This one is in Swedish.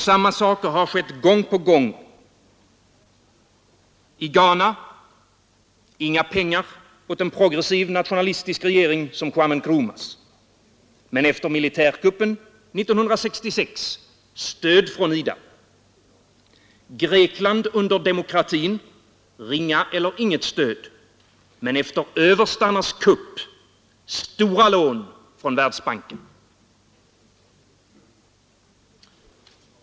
Samma saker har skett gång på gång: I Ghana — inga pengar åt en progressiv nationell regering som Nkrumahs. Men efter militärkuppen 1966 — stöd från IDA. Grekland under demokratin — ringa eller inget stöd. Men efter överstarnas kupp — stora lån från Världsbanken.